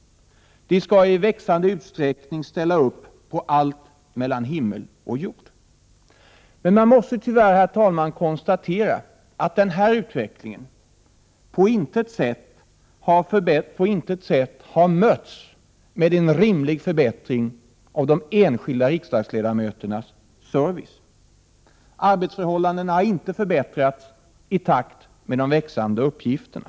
De skall i växande utsträckning ställa upp på allt mellan himmel och jord. Man måste tyvärr, herr talman, konstatera att den här utvecklingen på intet sätt har mötts med en rimlig förbättring av de enskilda riksdagsledamöternas service. Arbetsförhållandena har inte förbättrats i takt med de växande uppgifterna.